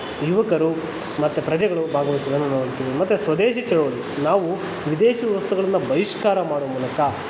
ಯುವಕರು ಮತ್ತು ಪ್ರಜೆಗಳು ಭಾಗವಹಿಸೋದನ್ನು ನೋಡ್ತೀವಿ ಮತ್ತು ಸ್ವದೇಶಿ ಚಳುವಳಿ ನಾವು ವಿದೇಶಿ ವಸ್ತುಗಳನ್ನು ಬಹಿಷ್ಕಾರ ಮಾಡೋ ಮೂಲಕ